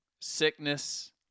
sickness